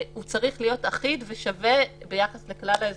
הוא צריך להיות אחיד ושווה ביחס לכלל האזרחים.